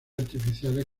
artificiales